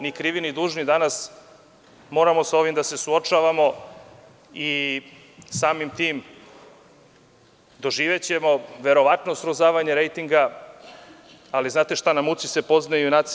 Ni krivi ni dužni danas moramo sa ovim da se suočavamo i samim tim doživećemo verovatno srozavanje rejtinga, ali na muci se poznaju junaci.